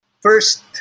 First